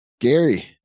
Gary